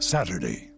Saturday